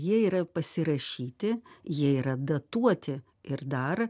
jie yra pasirašyti jie yra datuoti ir dar